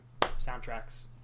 soundtracks